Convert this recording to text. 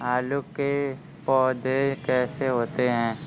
आलू के पौधे कैसे होते हैं?